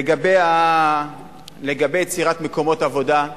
לגבי יצירת מקומות עבודה: